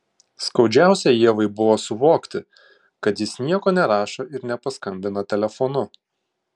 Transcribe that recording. skaudžiausia ievai buvo suvokti kad jis nieko nerašo ir nepaskambina telefonu